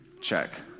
check